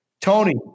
Tony